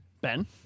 Ben